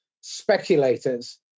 speculators